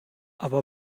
aber